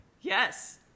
Yes